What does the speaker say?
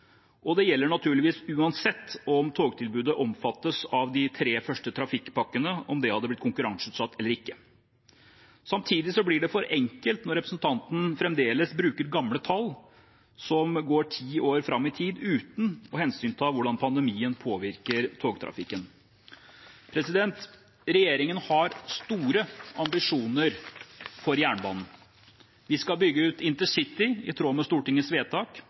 Det gjelder naturligvis uansett om togtilbudet omfattes av de tre første trafikkpakkene, og om det hadde blitt konkurranseutsatt eller ikke. Samtidig blir det for enkelt når representanten fremdeles bruker gamle tall som går ti år fram i tid, uten å ta hensyn til hvordan pandemien påvirker togtrafikken. Regjeringen har store ambisjoner for jernbanen. Vi skal bygge ut InterCity i tråd med Stortingets vedtak,